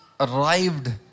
Arrived